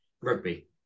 rugby